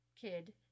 kid